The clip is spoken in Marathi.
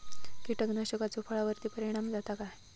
कीटकनाशकाचो फळावर्ती परिणाम जाता काय?